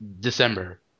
December